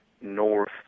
north